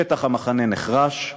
שטח המחנה נחרש,